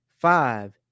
five